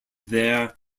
their